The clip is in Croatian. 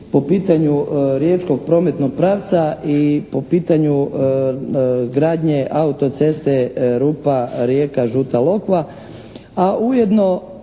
po pitanju riječkog prometnog pravca i po pitanju gradnje auto-ceste Rupa-Rijeka-Žuta Lokva.